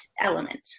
element